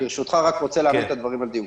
ברשותך, אני רוצה להעמיד את הדברים על דיוקם.